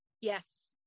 yes